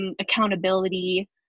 accountability